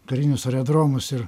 karinius aredromus ir